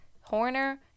Horner